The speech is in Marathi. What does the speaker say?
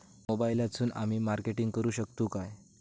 मोबाईलातसून आमी मार्केटिंग करूक शकतू काय?